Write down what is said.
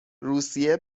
روسیه